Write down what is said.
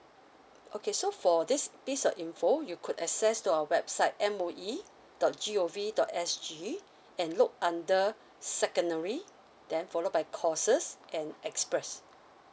okay so for this this uh info you could access to our website M O E dot G O V dot S G and look under secondary then follow by courses and express